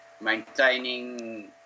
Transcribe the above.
maintaining